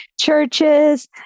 churches